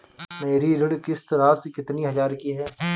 मेरी ऋण किश्त राशि कितनी हजार की है?